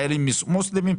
חיילים מוסלמים.